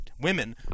Women